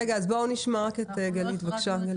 בואו נשמע את גלית, בבקשה.